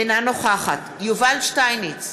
אינה נוכחת יובל שטייניץ,